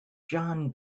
john